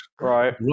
Right